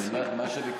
אז אם כך